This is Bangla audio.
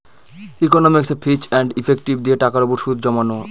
ইকনমিকসে ফিচ এন্ড ইফেক্টিভ দিয়ে টাকার উপর সুদ জমানো